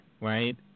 right